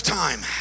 time